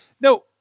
No